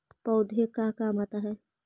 पौधे का काम आता है?